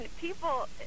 people